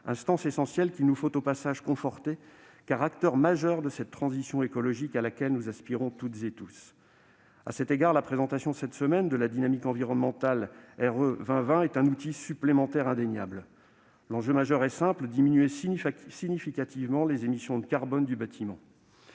instance essentielle qu'il nous faut conforter, car acteur majeur de cette transition écologique à laquelle nous aspirons toutes et tous. À cet égard, la présentation, cette semaine, de la dynamique environnementale RE 2020 est un outil supplémentaire indéniable. L'enjeu majeur est simple : diminuer significativement les émissions de carbone du bâtiment.